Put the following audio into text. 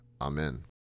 Amen